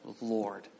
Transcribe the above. Lord